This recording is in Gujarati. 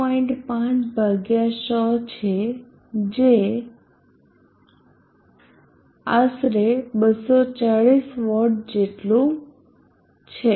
5 ભાગ્યા 100 છે જે આશરે 240 વોટ જેટલું છે